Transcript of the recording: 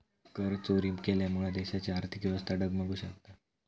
करचोरी केल्यामुळा देशाची आर्थिक व्यवस्था डगमगु शकता